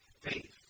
Faith